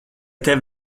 tev